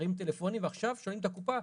מרימים טלפונים ועכשיו שואלים את הקופה,